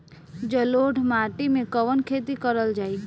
जलोढ़ माटी में कवन खेती करल जाई?